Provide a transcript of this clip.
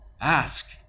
Ask